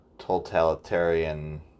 Totalitarian